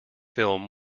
film